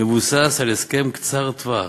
המבוסס על הסכם קצר טווח,